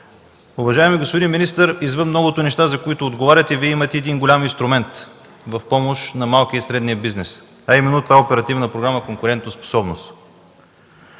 Уважаеми господин министър, извън многото неща, за които отговаряте, Вие имате един голям инструмент в помощ на малкия и средния бизнес, а именно това е Оперативна програма „Конкурентоспособност”.